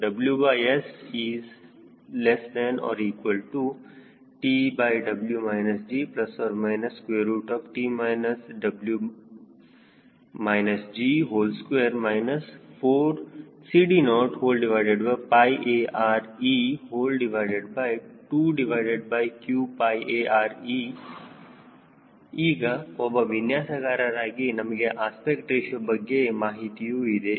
WSTW GTW G2 4CD0ARe2qARe ಈಗ ಒಬ್ಬ ವಿನ್ಯಾಸಕಾರರಾಗಿ ನಮಗೆ ಅಸ್ಪೆಕ್ಟ್ ರೇಶಿಯೋ ಬಗ್ಗೆ ಮಾಹಿತಿಯೂ ಇದೆ